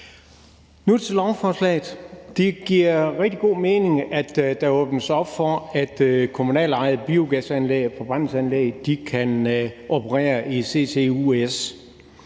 Nu til lovforslaget. Det giver rigtig god mening, at der åbnes op for, at kommunalt ejede biogasanlæg og forbrændingsanlæg kan operere i CCUS.